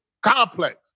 Complex